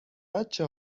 بچه